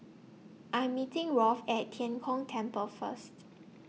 I'm meeting Rolf At Tian Kong Temple First